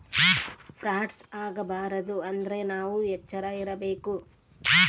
frauds ಆಗಬಾರದು ಅಂದ್ರೆ ನಾವ್ ಎಚ್ರ ಇರ್ಬೇಕು